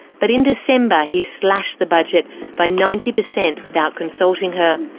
but in december, he slashed the budget by ninety percent without consulting her.